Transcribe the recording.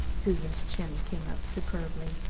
susan's chin came up superbly.